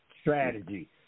strategy